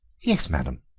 yes, madame,